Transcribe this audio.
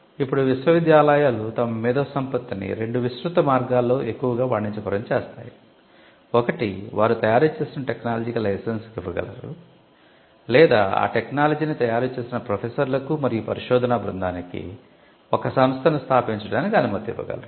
ఇప్పుడు విశ్వవిద్యాలయాలు తమ మేధోసంపత్తిని రెండు విస్తృత మార్గాల్లో ఎక్కువగా వాణిజ్యపరం చేస్తాయి ఒకటి వారు తయారు చేసిన టెక్నాలజీకి లైసెన్స్ ఇవ్వగలరు లేదా ఆ టెక్నాలజీని తయారు చేసిన ప్రొఫెసర్లకు మరియు పరిశోధనా బృందానికి ఒక సంస్థను స్థాపించడానికి అనుమతి ఇవ్వగలరు